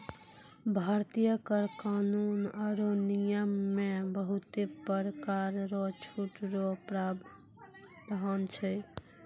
भारतीय कर कानून आरो नियम मे बहुते परकार रो छूट रो प्रावधान छै